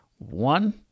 One